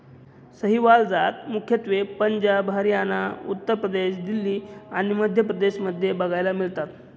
सहीवाल जात मुख्यत्वे पंजाब, हरियाणा, उत्तर प्रदेश, दिल्ली आणि मध्य प्रदेश मध्ये बघायला मिळतात